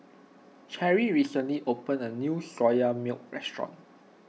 Cherri recently opened a new Soya Milk restaurant